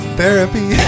therapy